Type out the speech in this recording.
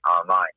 online